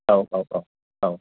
औ औ औ औ